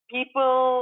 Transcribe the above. People